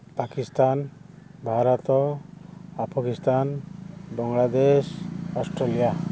Pakistan Bharat Afghanistan Bangladesh Australia